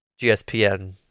GSPN